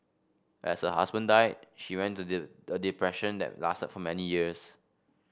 as her husband died she went to a depression that lasted for many years